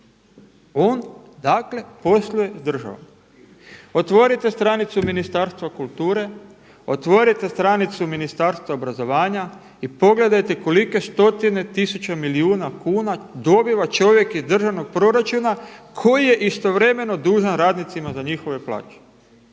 On dakle posluje s državom. Otvorite stranicu Ministarstva kulture, otvorite stranicu Ministarstva obrazovanja i pogledajte kolike stotine tisuća milijuna kuna dobiva čovjek iz državnog proračuna koji je istovremeno dužan radnicima za njihove plaće.